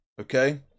okay